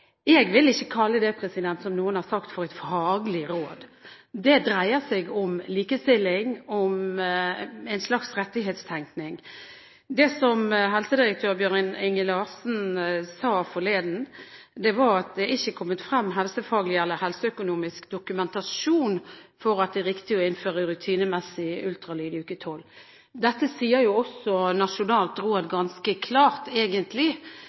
vil ikke jeg kalle, som noen har sagt, for et faglig råd. Det dreier seg om likestilling, om en slags rettighetstenkning. Det helsedirektør Bjørn-Inge Larsen sa forleden, var at det har ikke kommet fram helsefaglig eller helseøkonomisk dokumentasjon for at det er riktig å innføre rutinemessig ultralyd i uke 12. Dette sier også Nasjonalt råd for kvalitet og prioritering ganske klart